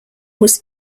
was